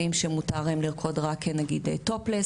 שמותר להם לרקוד רק נגיד "טופ לאס".